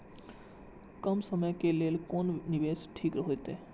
कम समय के लेल कोन निवेश ठीक होते?